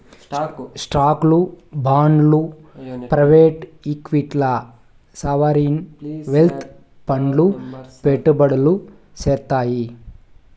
స్టాక్లు, బాండ్లు ప్రైవేట్ ఈక్విటీల్ల సావరీన్ వెల్త్ ఫండ్లు పెట్టుబడులు సేత్తాయి